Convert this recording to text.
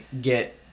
get